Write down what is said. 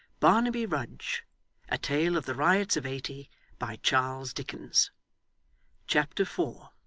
barnaby rudge a tale of the riots of eighty by charles dickens chapter four